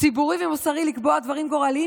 ומוסרי לקבוע דברים גורליים,